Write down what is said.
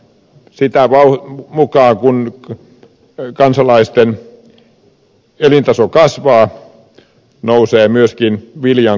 sitä mukaa kuin kansalaisten elintaso kasvaa nousee myöskin viljan kulutus